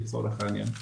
לצורך העניין.